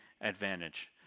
advantage